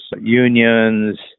unions